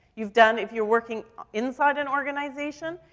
you've done if you're working inside an organization,